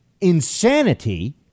insanity